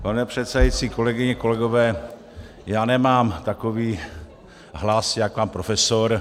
Pane předsedající, kolegyně, kolegové, já nemám takový hlas jako pan profesor.